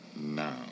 now